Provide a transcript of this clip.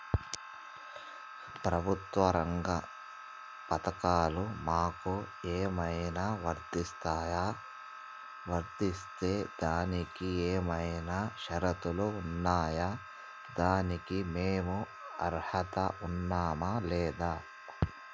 ప్రభుత్వ రంగ పథకాలు మాకు ఏమైనా వర్తిస్తాయా? వర్తిస్తే దానికి ఏమైనా షరతులు ఉన్నాయా? దానికి మేము అర్హత ఉన్నామా లేదా?